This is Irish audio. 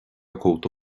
cóta